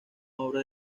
obra